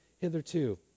hitherto